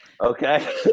Okay